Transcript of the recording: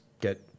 get